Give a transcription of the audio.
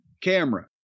camera